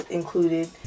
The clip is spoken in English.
included